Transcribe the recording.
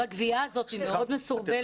כל הגבייה הזאת היא מאוד מסורבלת.